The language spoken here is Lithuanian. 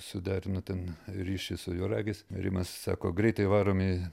suderino ten ryšį su juo regis rimas sako greitai varom į